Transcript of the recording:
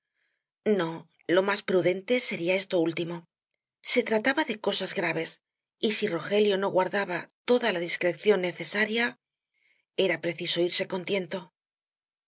no lo más prudente sería esto último se trataba de cosas graves y si rogelio no guardaba toda la discreción necesaria era preciso irse